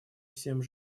всем